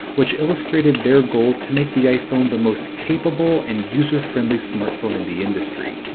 which illustrated their goal to make the iphone the most capable and user-friendly smartphone in the industry.